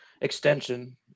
extension